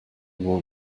will